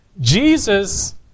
Jesus